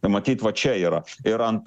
matyt va čia yra ir ant